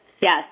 Yes